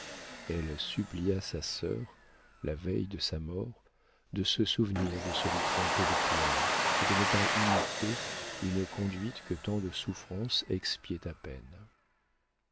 elle supplia sa sœur la veille de sa mort de se souvenir de ce lit trempé de pleurs et de ne pas imiter une conduite que tant de souffrances expiaient à peine